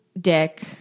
Dick